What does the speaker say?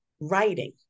writing